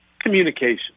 communication